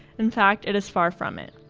in fact, it is far from it.